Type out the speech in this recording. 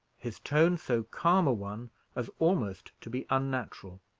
his tone so calm a one as almost to be unnatural.